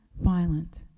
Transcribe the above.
violent